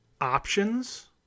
options